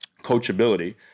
coachability